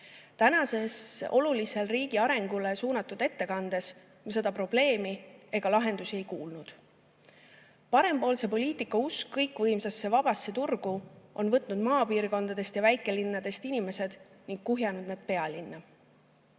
Tänases olulises riigi arengule suunatud ettekandes me seda probleemi ega lahendusi ei kuulnud. Parempoolse poliitika usk kõikvõimsasse vabasse turgu on võtnud maapiirkondadest ja väikelinnadest inimesed ning kuhjanud need pealinna.